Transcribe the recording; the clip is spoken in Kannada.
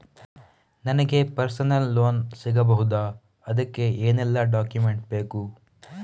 ನನಗೆ ಪರ್ಸನಲ್ ಲೋನ್ ಸಿಗಬಹುದ ಅದಕ್ಕೆ ಏನೆಲ್ಲ ಡಾಕ್ಯುಮೆಂಟ್ ಬೇಕು?